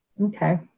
Okay